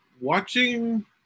watching